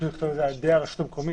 פשוט לכתוב "על ידי הרשות המקומית",